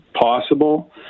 possible